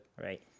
Right